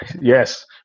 yes